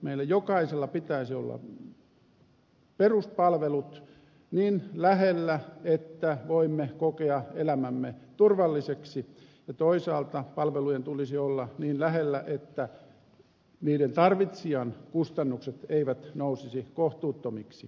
meillä jokaisella pitäisi olla peruspalvelut niin lähellä että voimme kokea elämämme turvalliseksi ja toisaalta palvelujen tulisi olla niin lähellä että niiden tarvitsijan kustannukset eivät nousisi kohtuuttomiksi